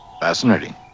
Fascinating